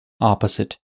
opposite